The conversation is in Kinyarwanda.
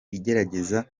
igerageza